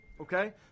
okay